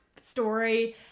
story